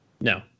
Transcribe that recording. No